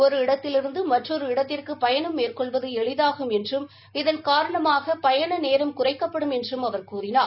ஒரு இடத்திலிருந்து மற்றொரு இடத்திற்கு பயணம் மேற்கொள்வது எளிதாகும் என்றும் இதன்காரணமாக பயண நேரம் குறைக்கப்படும் என்றும் அவர் கூறினார்